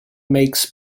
makes